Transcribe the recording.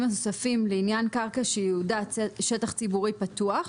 הנוספים לעניין קרקע שייעודה שטח ציבורי פתוח,